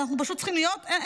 אין,